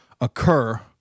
occur